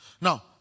Now